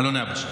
אלוני הבשן.